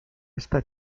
esta